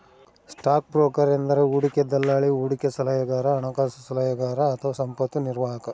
stock broker ಎಂದರೆ ಹೂಡಿಕೆ ದಲ್ಲಾಳಿ, ಹೂಡಿಕೆ ಸಲಹೆಗಾರ, ಹಣಕಾಸು ಸಲಹೆಗಾರ ಅಥವಾ ಸಂಪತ್ತು ನಿರ್ವಾಹಕ